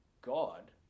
God